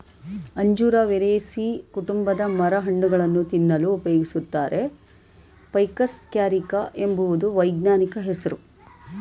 ಅಂಜೂರ ಮೊರೇಸೀ ಕುಟುಂಬದ ಮರ ಹಣ್ಣುಗಳನ್ನು ತಿನ್ನಲು ಉಪಯೋಗಿಸುತ್ತಾರೆ ಫೈಕಸ್ ಕ್ಯಾರಿಕ ಎಂಬುದು ವೈಜ್ಞಾನಿಕ ಹೆಸ್ರು